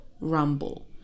rumble